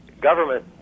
government